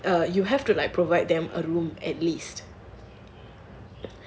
uh you have to like provide them a room at least